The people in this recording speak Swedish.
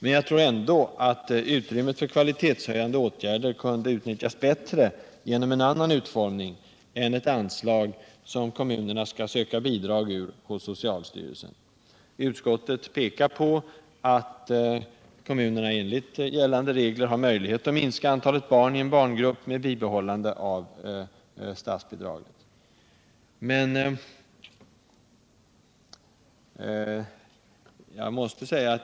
Men jag tror ändå att utrymmet för kvalitetshöjande åtgärder kunde utnyttjas bättre genom en annan utformning än ett anslag som kommunerna skall söka bidrag ur hos socialstyrelsen. Utskottet visar på att kommunerna enligt gällande regler har möjlighet att minska antalet barn i en barngrupp med bibehållande av statsbidraget.